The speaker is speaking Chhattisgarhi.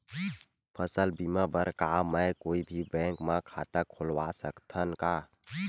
फसल बीमा बर का मैं कोई भी बैंक म खाता खोलवा सकथन का?